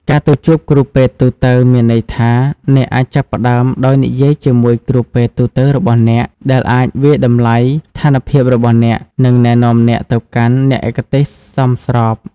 ការទៅជួបគ្រូពេទ្យទូទៅ មានន័យថាអ្នកអាចចាប់ផ្តើមដោយនិយាយជាមួយគ្រូពេទ្យទូទៅរបស់អ្នក ដែលអាចវាយតម្លៃស្ថានភាពរបស់អ្នក និងណែនាំអ្នកទៅកាន់អ្នកឯកទេសសមស្រប។